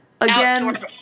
again